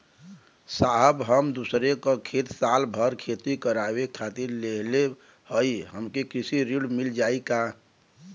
साहब हम दूसरे क खेत साल भर खेती करावे खातिर लेहले हई हमके कृषि ऋण मिल जाई का?